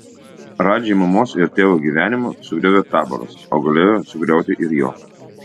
radži mamos ir tėvo gyvenimą sugriovė taboras o galėjo sugriauti ir jo